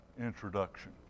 introduction